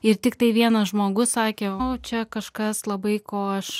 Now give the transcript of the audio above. ir tiktai vienas žmogus sakė o čia kažkas labai ko aš